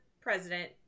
president